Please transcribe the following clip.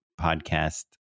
podcast